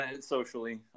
socially